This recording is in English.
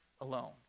alone